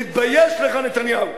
תתבייש לך, נתניהו.